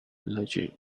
allergic